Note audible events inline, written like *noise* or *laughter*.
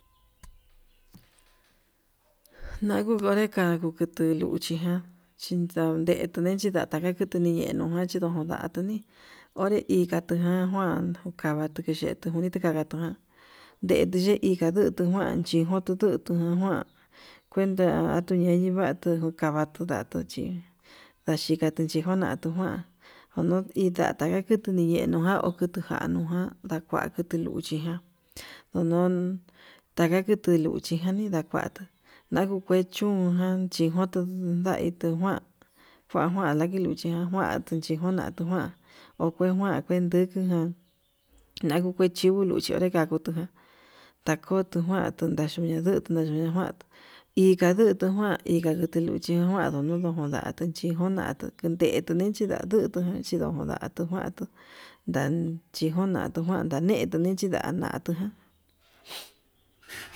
*hesitation* najuju nikanrá ndichi luchi na'a chundetuni chindata ndejutu niñenujan ndajikunu nratuni onre hí dantujuan njuan, natujavatu yetuu nakujavatu jan yeki ye hí ndikandutu kuan chitu tutu kua kuenta atuyiyi vatuu, unkava tundatuu chí ndachikatu xhikondatu njuan ndono taka katundiyenu njuan okutujanu ján, nda'a kua kutu luchijan ndono kata kuti kuchi ján, nindakua nakuu kuechonján chindutu kuain tukuu kuan kua kua lakiluchi jakuan, techin kundatuu kuan okue nguan kunduchijan nakuu kuenduu, luchi andekatujan takute kuan tundeduña ndutu nachuña kuan ikandutu nguan ika ndutu luchi nakuanduu onujundatuu chí nikondatu tukuetu nijandutu chin *hesitation* tu nguan atuu nanchinkun ndatuu njuan ndanetu ni chinda na'a tuu.